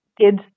kids